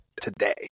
today